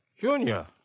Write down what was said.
Junior